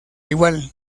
igual